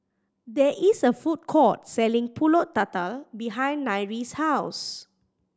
there is a food court selling Pulut Tatal behind Nyree's house